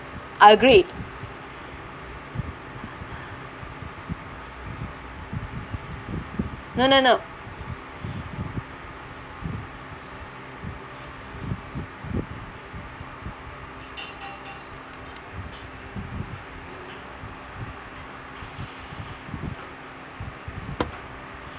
I agree no no no